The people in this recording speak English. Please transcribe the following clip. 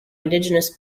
indigenous